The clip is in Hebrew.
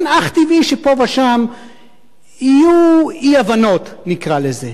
ועל כן, אך טבעי שפה ושם יהיו אי-הבנות, נקרא לזה.